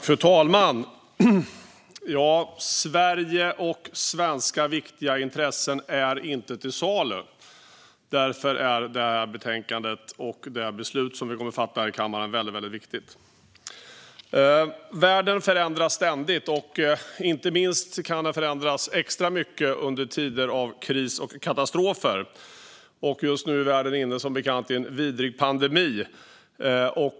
Fru talman! Sverige och svenska viktiga intressen är inte till salu. Därför är detta betänkande och det beslut som vi kommer att fatta här i kammaren väldigt viktiga. Världen förändras ständigt. Inte minst kan den förändras extra mycket under tider av kris och katastrofer. Just nu är världen som bekant inne i en vidrig pandemi.